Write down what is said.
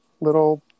little